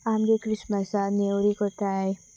आमच्या क्रिसमसा नेवरी करतात